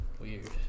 Weird